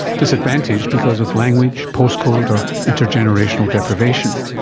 disadvantaged because of language, postcode or intergenerational deprivation.